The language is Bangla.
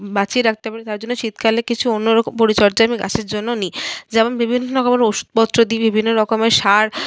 বাঁচিয়ে রাখতে পারি তার জন্য শীতকালে কিছু অন্যরকম পরিচর্যা আমি গাছের জন্য নিই যেমন বিভিন্ন রকমের ওষুধপত্র দিই বিভিন্ন রকমের সার